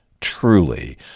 truly